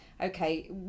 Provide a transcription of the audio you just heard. okay